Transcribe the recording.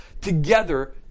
together